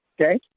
okay